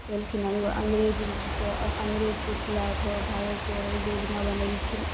केलखिन अङ्ग्रेज तऽ अङ्ग्रेजके खिलाफ भागेके योजना बनेलखिन